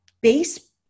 base